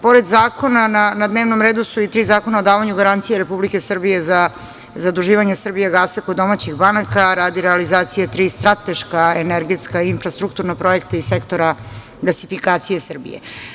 Pored zakona, na dnevnom redu su i tri zakona o davanju garancija Republike Srbije za zaduživanje „Srbijagasa“ kod domaćih banaka radi realizacije tri strateška energetska i infrastrukturna projekta iz sektora gasifikacije Srbije.